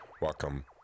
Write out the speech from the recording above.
Welcome